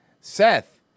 Seth